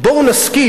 בואו נסכים,